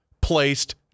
placed